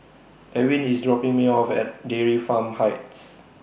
Ewin IS dropping Me off At Dairy Farm Heights